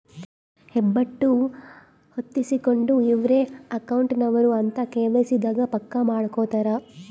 ಹೆಬ್ಬೆಟ್ಟು ಹೊತ್ತಿಸ್ಕೆಂಡು ಇವ್ರೆ ಅಕೌಂಟ್ ನವರು ಅಂತ ಕೆ.ವೈ.ಸಿ ದಾಗ ಪಕ್ಕ ಮಾಡ್ಕೊತರ